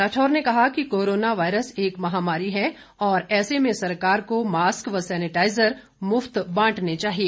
राठौर ने कहा कि कोरोना वायरस एक महामारी है और ऐसे में सरकार को मास्क व सैनेटाइजर मुफ्त बांटने चाहिए